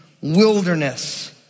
Wilderness